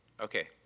Okay